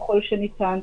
ככל שניתן,